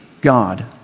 god